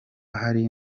hari